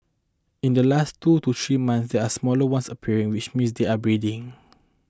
in the last two to three months there are smaller ones appearing which means they are breeding